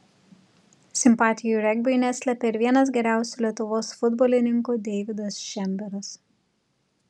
simpatijų regbiui neslėpė ir vienas geriausių lietuvos futbolininkų deividas šemberas